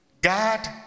God